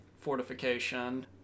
fortification